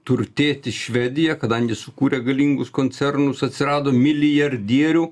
turtėti švedija kadangi sukūrė galingus koncernus atsirado milijardierių